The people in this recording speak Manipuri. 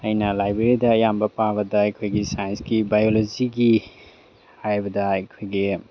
ꯑꯩꯅ ꯂꯥꯏꯕ꯭ꯔꯦꯔꯤꯗ ꯑꯌꯥꯝꯕ ꯄꯥꯕꯗ ꯑꯩꯈꯣꯏꯒꯤ ꯁꯥꯏꯟꯁꯀꯤ ꯕꯥꯏꯑꯣꯂꯣꯖꯤꯒꯤ ꯍꯥꯏꯕꯗ ꯑꯩꯈꯣꯏꯒꯤ